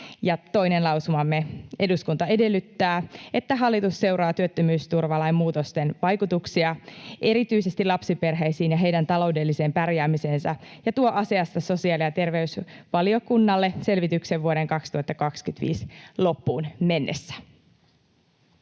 toinen lausumamme: ”Eduskunta edellyttää, että hallitus seuraa työttömyysturvalain muutosten vaikutuksia erityisesti lapsiperheisiin ja heidän taloudelliseen pärjäämiseensä ja tuo asiasta sosiaali‑ ja terveysvaliokunnalle selvityksen vuoden 2025 loppuun mennessä.”